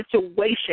situation